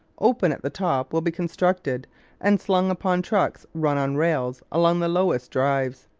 open at the top, will be constructed and slung upon trucks run on rails along the lowest drives.